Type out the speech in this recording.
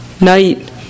night